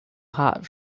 hot